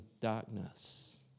darkness